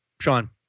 Sean